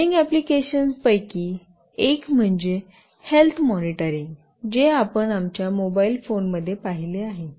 burning अप्लिकेशन्सपैकी एक म्हणजे हेल्थ मॉनिटरींग जे आपण आमच्या मोबाइल फोन मध्ये पाहिले आहे